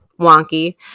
wonky